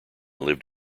lived